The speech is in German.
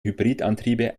hybridantriebe